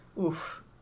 Oof